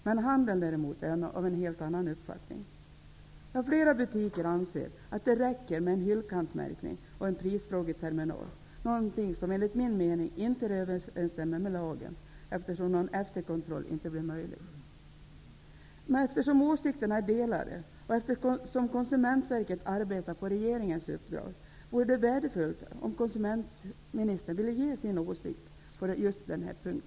Handeln däremot är av en helt annan uppfattning. Flera butiker anser att det räcker med en hyllkantsmärkning och en prisfrågeterminal, något som enligt min mening inte överensstämmer med lagen, eftersom någon efterkontroll inte blir möjlig. Eftersom åsikterna är delade och eftersom Konsumentverket arbetar på regeringens uppdrag, vore det värdefullt om konsumentministern i dag ville ange sin åsikt på just denna punkt.